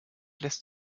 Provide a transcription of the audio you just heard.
lässt